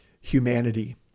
humanity